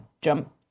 jump